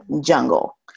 jungle